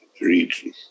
region